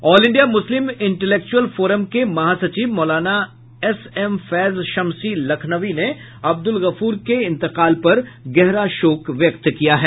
all India Muslim intellectual forum के महासचिव Maulana SM Faiz Shamsi Lakhnavi ने अब्दुल गफूर के इंतकाल पर गहरा शोक व्यक्त किया है